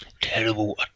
Terrible